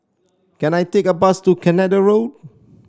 can I take a bus to Canada Road